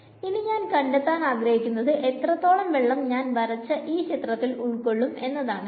ഇനി ഞാൻ കണ്ടെത്താൻ ആഗ്രഹിക്കുന്നത് എത്രത്തോളം വെള്ളം ഞാൻ വരച്ച ഈ ചിത്രത്തിൽ ഉൾകൊള്ളും എന്നതാണ്